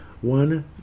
One